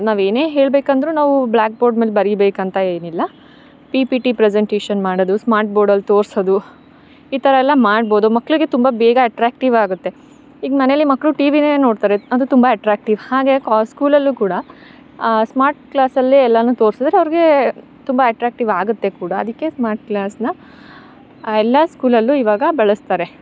ನಾವು ಏನೇ ಹೇಳಬೇಕಂದ್ರು ನಾವು ಬ್ಲಾಕ್ ಬೋರ್ಡ್ ಮೇಲೆ ಬರೆಬೇಕಂತ ಏನಿಲ್ಲ ಪಿ ಪಿ ಟಿ ಪ್ರೆಸೆಂಟೇಷನ್ ಮಾಡೋದು ಸ್ಮಾರ್ಟ್ ಬೋರ್ಡ್ಲ್ಲಿ ತೋರಿಸೋದು ಈ ಥರ ಎಲ್ಲ ಮಾಡಬೌದು ಮಕ್ಳಿಗೆ ತುಂಬ ಬೇಗ ಎಟ್ರಾಕ್ಟಿವ್ ಆಗುತ್ತೆ ಈಗ ಮನೆಲ್ಲಿ ಮಕ್ಳು ಟಿವಿಯೇ ನೋಡ್ತಾರೆ ಅದು ತುಂಬ ಎಟ್ರಾಕ್ಟಿವ್ ಹಾಗೆ ಕಾಸ್ ಸ್ಕೂಲಲ್ಲು ಕೂಡ ಸ್ಮಾರ್ಟ್ ಕ್ಲಾಸ್ಸಲ್ಲಿ ಎಲ್ಲವೂ ತೋರಿಸಿದ್ರೆ ಅವ್ರಿಗೆ ತುಂಬ ಎಟ್ರಾಕ್ಟಿವ್ ಆಗುತ್ತೆ ಕೂಡ ಅದಕ್ಕೆ ಸ್ಮಾರ್ಟ್ ಕ್ಲಾಸ್ನ ಎಲ್ಲ ಸ್ಕೂಲಲ್ಲು ಇವಾಗ ಬಳಸ್ತಾರೆ